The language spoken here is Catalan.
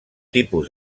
tipus